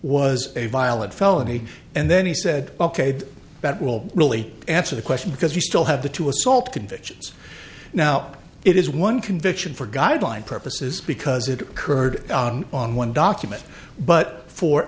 was a violent felony and then he said ok that will really answer the question because you still have the two assault convictions now it is one conviction for guideline purposes because it occurred on one document but fo